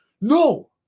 No